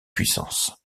puissances